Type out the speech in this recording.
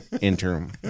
interim